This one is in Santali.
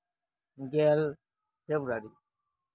ᱜᱮᱞ ᱯᱷᱮᱵᱽᱨᱩᱣᱟᱨᱤ